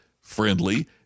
friendly